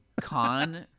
con